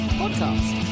podcast